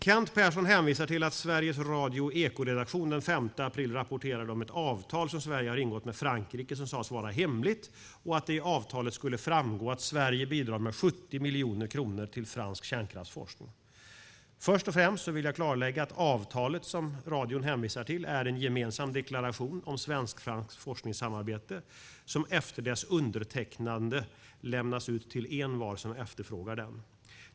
Kent Persson hänvisar till att Sveriges Radios Ekoredaktion den 5 april rapporterade om ett avtal som Sverige har ingått med Frankrike som sades vara hemligt och att det i avtalet skulle framgå att Sverige bidrar med 70 miljoner kronor till fransk kärnkraftsforskning. Först och främst vill jag klarlägga att avtalet som radion hänvisar till är en gemensam deklaration om svenskt-franskt forskningssamarbete som efter dess undertecknande lämnas ut till envar som efterfrågar den.